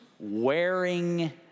wearing